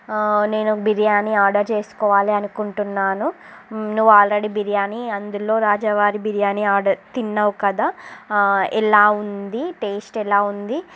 నేను బిర్యాని ఆర్డర్ చేసుకోవాలి అనుకుంటున్నాను నువ్వు ఆల్రెడీ బిర్యాని అందులో రాజావారి బిర్యాని తిన్నావు కదా ఎలా ఉంది టేస్ట్ ఎలా ఉంది